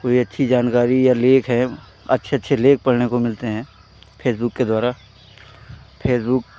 कोई अच्छी जानकारी या लेख है अच्छे अच्छे लेख पढ़ने को मिलते हैं फेसबुक के द्वारा फेसबुक